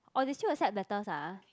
orh they still accept letters ah